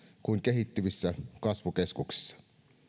kuin kehittyvissä kasvukeskuksissa